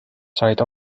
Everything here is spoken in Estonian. said